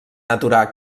aturar